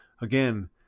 Again